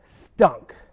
stunk